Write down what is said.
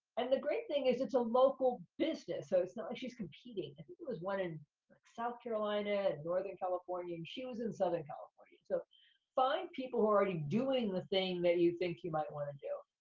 and the great thing is, it's a local business, so it's not like she's competing. there was one in south carolina and northern california, and she was in southern california. so find people who are already doing the thing that you think you might wanna do.